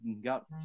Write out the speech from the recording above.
got